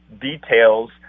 details